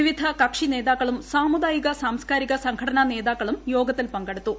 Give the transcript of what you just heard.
വിവിധ കക്ഷിനേതാക്കളും സാമുദായിക സാംസ്കാരിക സംഘടനാ നേതാക്കളും യോഗത്തിൽ പങ്കെടുത്തു